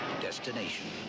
destination